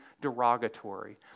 derogatory